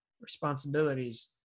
responsibilities